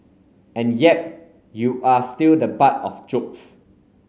and yep you are still the butt of jokes